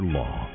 law